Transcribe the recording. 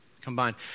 combined